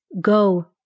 go